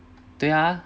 对啊